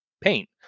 paint